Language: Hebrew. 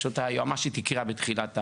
כפי שקראה היועמ"שית בתחילת הדיון.